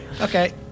Okay